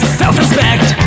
self-respect